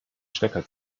stecker